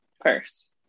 First